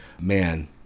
man